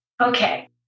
okay